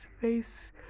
face